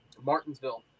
Martinsville